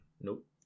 Nope